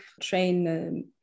train